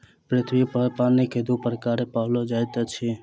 पृथ्वी पर पानिक दू प्रकार पाओल जाइत अछि